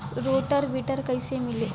Rotor weeder कईसे मिले?